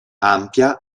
ampia